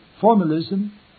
formalism